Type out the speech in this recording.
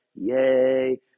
Yay